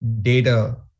data